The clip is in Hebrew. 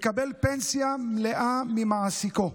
מקבל פנסיה מלאה ממעסיקו.